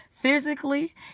Physically